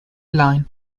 line